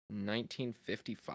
1955